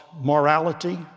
morality